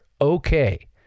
okay